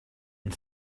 and